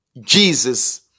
Jesus